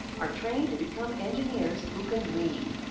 are trained to become engineers who can lead.